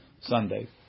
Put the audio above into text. Sunday